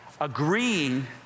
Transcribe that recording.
agreeing